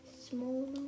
small